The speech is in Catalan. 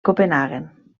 copenhaguen